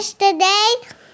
Yesterday